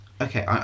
Okay